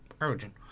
origin